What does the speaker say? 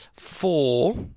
Four